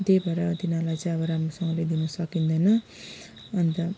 त्यही भएर तिनीहरूलाई चाहिँ अब राम्रोसँगले दिनु सकिँदैन अन्त